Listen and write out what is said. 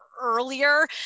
earlier